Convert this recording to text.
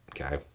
Okay